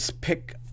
pick